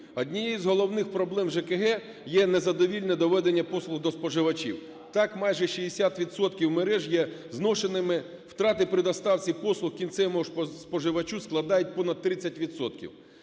Однією із головних проблем ЖКГ є незадовільне доведення послуг до споживачів. Так, майже 60 відсотків мереж є зношеними, втрати при доставці послуг кінцевому споживачу складають понад 30